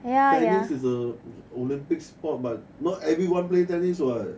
tennis is the olympic sport but not everyone play tennis what